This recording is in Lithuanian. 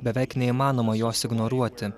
beveik neįmanoma jos ignoruoti